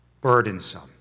burdensome